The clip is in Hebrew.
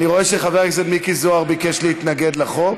אני רואה שחבר הכנסת מיקי זוהר ביקש להתנגד לחוק.